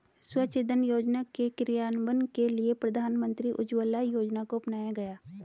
स्वच्छ इंधन योजना के क्रियान्वयन के लिए प्रधानमंत्री उज्ज्वला योजना को अपनाया गया